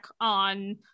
on